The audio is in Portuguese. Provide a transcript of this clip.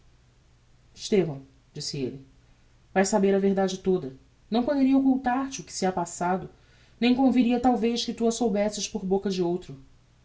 elle vás saber a verdade toda não poderia occultar te o que se ha passado nem conviria talvez que tu a soubesses por boca de outro